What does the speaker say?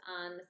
on